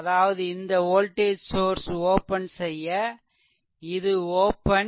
அதாவது இந்த voltage source open செய்ய இது ஓப்பன்